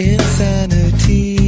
Insanity